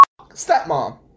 Stepmom